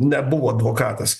nebuvo advokatas